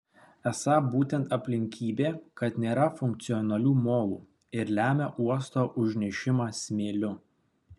esą būtent aplinkybė kad nėra funkcionalių molų ir lemia uosto užnešimą smėliu